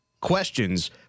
questions